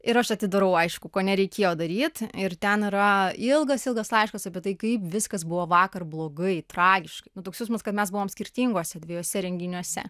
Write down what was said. ir aš atidarau aišku ko nereikėjo daryt ir ten yra ilgas ilgas laiškas apie tai kaip viskas buvo vakar blogai tragiškai nu toks jausmas kad mes buvom skirtinguose dviejuose renginiuose